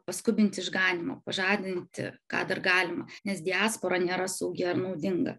paskubinti išganymo pažadinti ką dar galima nes diaspora nėra saugi ar naudinga